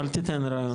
אל תיתן רעיונות.